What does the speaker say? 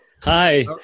Hi